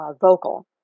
vocal